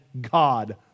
God